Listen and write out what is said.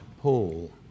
Paul